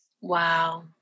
Wow